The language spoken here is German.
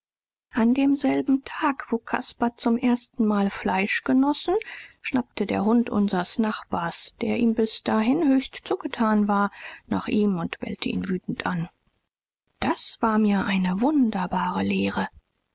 an demselben tag wo caspar zum erstenmal fleisch genoß schnappte der hund unsers nachbars der ihm bis dahin höchst zugetan war nach ihm und bellte ihn wütend an das war mir eine wunderbare lehre